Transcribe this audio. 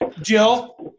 Jill